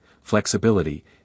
flexibility